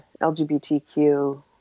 LGBTQ